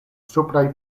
supraj